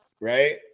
right